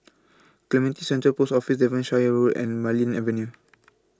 Clementi Central Post Office Devonshire Road and Marlene Avenue